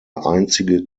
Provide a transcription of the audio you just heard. einzige